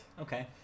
Okay